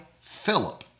Philip